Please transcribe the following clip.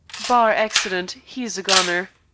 bar accident, he is a goner.